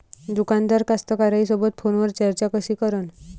दुकानदार कास्तकाराइसोबत फोनवर चर्चा कशी करन?